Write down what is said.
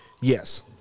Yes